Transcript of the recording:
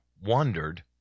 wondered